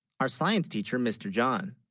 our science teacher mr. john,